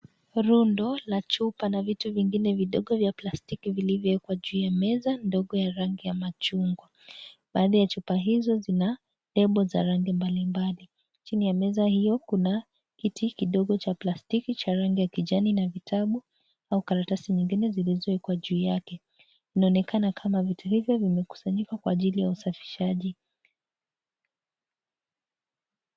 Rundo la chupa na vitu vingine vidogo vya plastiki vilivyowekwa juu ya meza ndogo ya rangi ya machungwa. Baadhi ya chupa hizo zina lebo za rangi mbalimbali. Chini ya meza hiyo kuna kiti kidogo cha plastiki cha rangi ya kijani na vitabu au karatasi nyingine zilizowekwa juu yake. Inaonekana kama vitu hivyo vimekusanyika kwa ajili ya usafishaji.